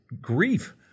grief